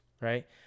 right